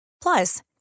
Plus